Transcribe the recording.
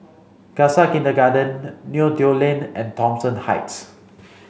Khalsa Kindergarten Neo Tiew Lane and Thomson Heights